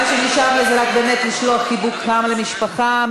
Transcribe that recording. זה צריך להיות בוועדת חוקה.